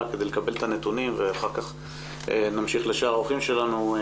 כדי לקבל את הנתונים ואחר כך נמשיך לשאר האורחים שלנו.